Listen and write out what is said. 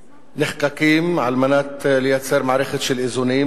נחקקים על מנת לייצר מערכת של איזונים,